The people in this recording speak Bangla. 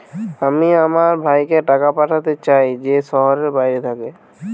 আমি আমার ভাইকে টাকা পাঠাতে চাই যে শহরের বাইরে থাকে